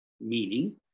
meaning